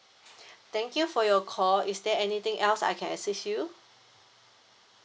thank you for your call is there anything else I can assist you